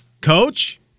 Coach